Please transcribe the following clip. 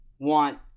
want